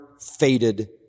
faded